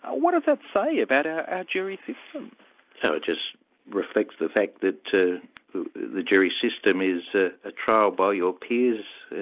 what does that say about our ah jury system? so it just reflects the fact that the jury system is ah a trial by your peers,